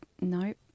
Nope